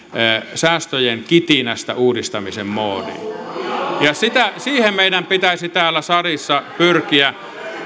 säästöjen kitinästä uudistamisen moodiin siihen meidän pitäisi täällä salissa pyrkiä